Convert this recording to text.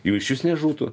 jų išvis nežūtų